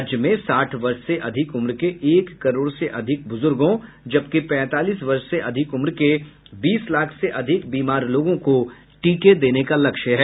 राज्य में साठ वर्ष से अधिक उम्र के एक करोड़ से अधिक बुजुर्गो जबकि पैंतालीस वर्ष से अधिक उम्र के बीस लाख से अधिक बीमार लोगों को टीके देने का लक्ष्य है